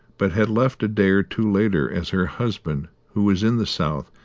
but had left a day or two later as her husband, who was in the south,